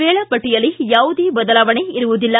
ವೇಳಾಪಟ್ಟಿಯಲ್ಲಿ ಯಾವುದೇ ಬದಲಾವಣೆ ಇರುವುದಿಲ್ಲ